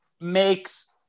makes